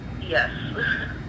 Yes